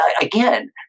again